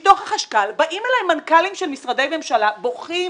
מתוך החשכ"ל באים אליי מנכ"לים של משרדי ממשלה בוכים,